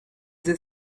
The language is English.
the